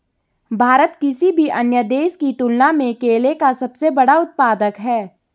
भारत किसी भी अन्य देश की तुलना में केले का सबसे बड़ा उत्पादक है